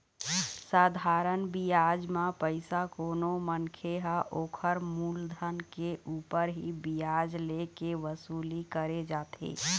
साधारन बियाज म पइसा कोनो मनखे ह ओखर मुलधन के ऊपर ही बियाज ले के वसूली करे जाथे